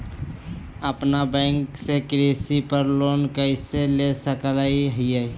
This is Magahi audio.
अपना बैंक से कृषि पर लोन कैसे ले सकअ हियई?